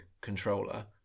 controller